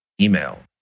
email